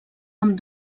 amb